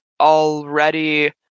already